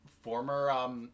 former